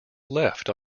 left